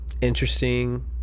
interesting